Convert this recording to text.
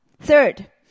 third